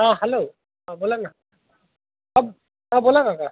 हां हॅलो हां बोला ना हां हां बोला काका